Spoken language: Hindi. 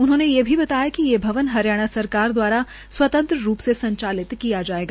उन्होंने ये भी बताया कि ये भवन हरियाणा सरकार द्वारा स्वतंत्र रूप से संचालित किया जायेगा